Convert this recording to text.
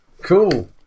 Cool